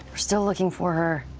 still looking for her.